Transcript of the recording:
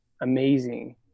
amazing